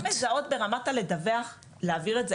הן מזהות ברמת לדווח ולהעביר את זה